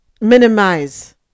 minimize